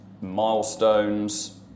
milestones